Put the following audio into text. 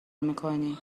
میکنی